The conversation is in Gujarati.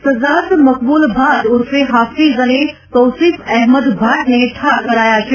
સજ્જાદ મકબૂલ ભાટ ઉર્ફે હાફીઝ અને તૌસિફ અહેમદ ભાટને ઠાર કરાયા છે